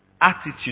attitude